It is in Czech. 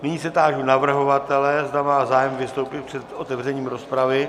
Nyní se táži navrhovatele, zda má zájem vystoupit před otevřením rozpravy.